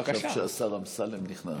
עכשיו כשהשר אמסלם נכנס.